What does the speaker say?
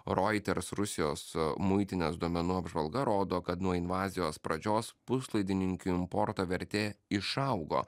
reuters rusijos muitinės duomenų apžvalga rodo kad nuo invazijos pradžios puslaidininkių importo vertė išaugo